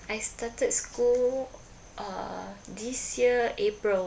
I started school err this year april